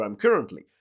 currently